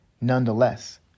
nonetheless